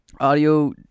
audio